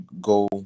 go